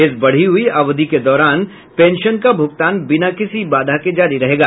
इस बढी हुई अवधि के दौरान पेंशन का भुगतान बिना किसी बाधा के जारी रहेगा